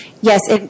Yes